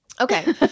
Okay